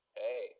hey